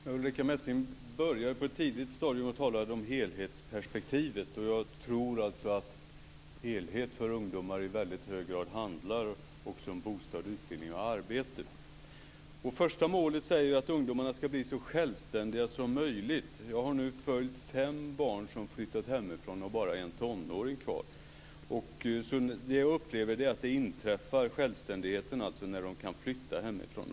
Herr talman! Ulrica Messing talade på ett tidigt stadium om helhetsperspektivet. Men jag tror att helhet för ungdomar i hög grad också handlar om bostad, utbildning och arbete. När det gäller det första målet ska ungdomarna bli så självständiga som möjligt. Jag har följt fem barn som har flyttat hemifrån och har nu bara en tonåring kvar och vad jag upplever är att självständigheten inträffar när de kan flytta hemifrån.